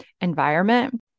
environment